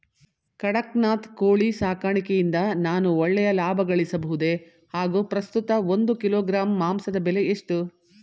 ಕಡಕ್ನಾತ್ ಕೋಳಿ ಸಾಕಾಣಿಕೆಯಿಂದ ನಾನು ಒಳ್ಳೆಯ ಲಾಭಗಳಿಸಬಹುದೇ ಹಾಗು ಪ್ರಸ್ತುತ ಒಂದು ಕಿಲೋಗ್ರಾಂ ಮಾಂಸದ ಬೆಲೆ ಎಷ್ಟು?